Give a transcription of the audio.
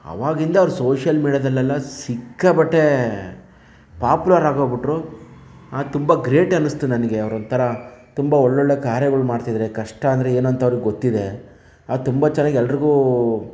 ಅವಾಗಿಂದವರ social ಮೀಡಿಯಾದಲ್ಲೆಲ್ಲಾ ಸಿಕ್ಕಾಪಟ್ಟೆ popular ಆಗೋಗ್ಬಿಟ್ರು ಆಗ ತುಂಬ ಗ್ರೇಟ್ ಅನ್ನಿಸ್ತು ನನಗೆ ಅವರು ಒಂಥರ ತುಂಬ ಒಳ್ಳೊಳ್ಳೆ ಕಾರ್ಯಗಳು ಮಾಡ್ತಿದ್ದಾರೆ ಕಷ್ಟ ಅಂತ ಏನು ಅಂತ ಅವರಿಗೆ ಗೊತ್ತಿದೆ ಅದು ತುಂಬ ಚೆನ್ನಾಗಿ ಎಲ್ಲರಿಗೂ